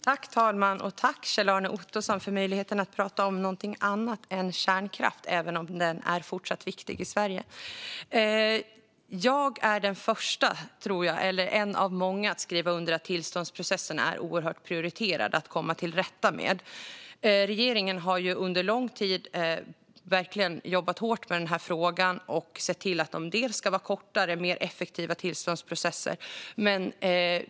Herr talman! Tack, Kjell-Arne Ottosson, för möjligheten att prata om någonting annat än kärnkraft, även om den är fortsatt viktig i Sverige! Jag är den första, eller en av många, att skriva under på att det är oerhört prioriterat att komma till rätta med tillståndsprocesserna. Regeringen har under lång tid verkligen jobbat hårt med denna fråga för att se till att det ska bli kortare och mer effektiva tillståndsprocesser.